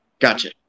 Gotcha